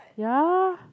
ya